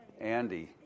Andy